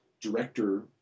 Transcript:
director